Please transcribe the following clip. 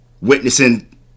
witnessing